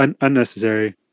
unnecessary